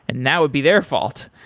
and that would be their fault.